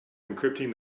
encrypting